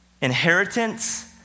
inheritance